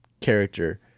character –